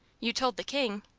you told the king.